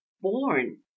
born